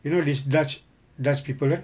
you know this dutch dutch people kan